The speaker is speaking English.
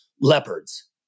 leopards